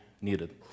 needed